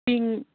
pink